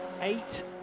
Eight